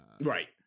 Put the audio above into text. Right